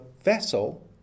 vessel